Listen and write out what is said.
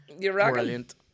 brilliant